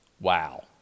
wow